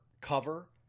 cover